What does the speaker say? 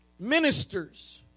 Ministers